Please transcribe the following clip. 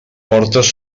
portes